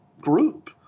group